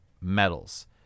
Metals